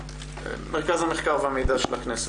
מרכז המחקר והמידע של הכנסת.